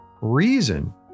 Reason